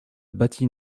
bâtie